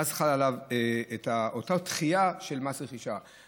ואז חלה אותה דחייה של מס רכישה.